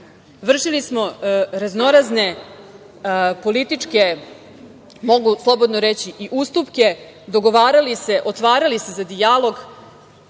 vršili smo raznorazne političke, mogu slobodno reći, i ustupke, dogovarali se, otvarali se za dijalog,